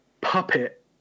puppet